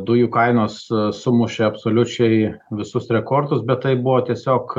dujų kainos sumušė absoliučiai visus rekordus bet tai buvo tiesiog